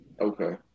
Okay